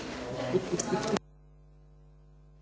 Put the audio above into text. Hvala.